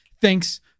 Thanks